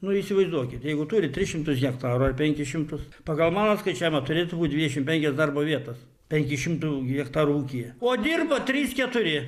nu įsivaizduokit jeigu turit tris šimtus hektarų ar penkis šimtus pagal mano skaičiavimą turėtų būt dvidešimt penkios darbo vietos penkių šimtų hektarų ūkyje o dirba trys keturi